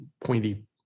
pointy